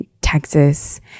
Texas